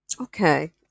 okay